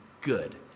good